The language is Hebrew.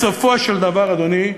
בסופו של דבר, אדוני,